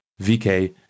VK